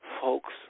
Folks